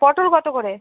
পটল কত করে